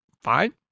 fine